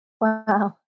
Wow